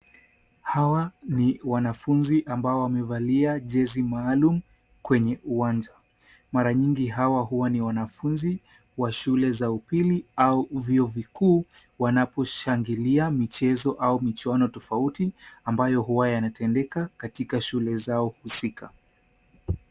Hawa ni wanafunzi ambao wamevalia jezi maalum kwenye uwanja, mara nyingi hawa huwa ni wanafunzi wa shule za upili au vyuo vikuu wanaposhangilia michezo au michuano tofauti ambayo huwa yanatendeka katika shule zao husika.